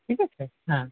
ঠিক আছে হ্যাঁ